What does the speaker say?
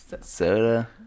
Soda